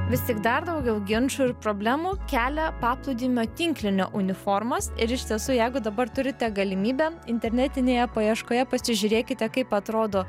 vis tik dar daugiau ginčų ir problemų kelia paplūdimio tinklinio uniformos ir iš tiesų jeigu dabar turite galimybę internetinėje paieškoje pasižiūrėkite kaip atrodo